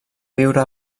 viure